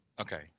Okay